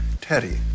Teddy